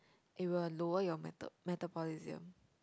it will lower your meta~ metabolism